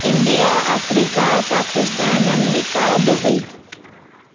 India Africa Pakistan America Dubai